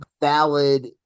valid